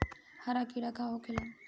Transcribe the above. हरा कीड़ा का होखे ला?